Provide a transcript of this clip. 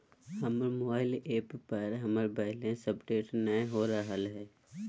हमर mobile app पर हमर बैलेंस अपडेट नय हो रहलय हें